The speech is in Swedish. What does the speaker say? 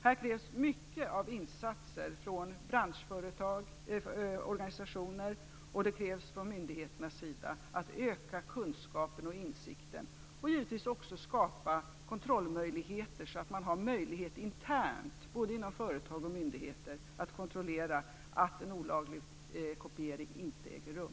Här krävs mycket av insatser från branschorganisationer och från myndigheter för att öka kunskapen och insikten och givetvis också skapa kontrollmöjligheter, så att man har möjlighet internt, både inom företag och inom myndigheter, att kontrollera att en olaglig kopiering inte äger rum.